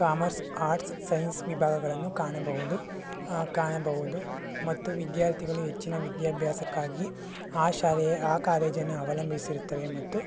commerce arts science ವಿಭಾಗಗಳನ್ನು ಕಾಣಬಹುದು ಕಾಣಬಹುದು ಮತ್ತು ವಿದ್ಯಾರ್ಥಿಗಳು ಹೆಚ್ಚಿನ ವಿದ್ಯಾಭ್ಯಾಸಕ್ಕಾಗಿ ಆ ಶಾಲೆಯ ಆ ಕಾಲೇಜನ್ನು ಅವಲಂಬಿಸಿರುತ್ತವೆ ಮತ್ತು